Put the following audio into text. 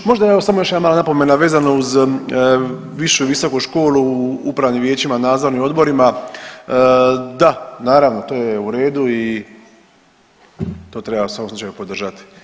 Možda evo samo još jedna mala napomena vezano uz višu i visoku školu u upravnim vijećima, nadzornim odborima, da, naravno to je u redu i to treba u svakom slučaju podržati.